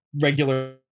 regular